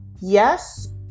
yes